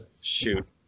Shoot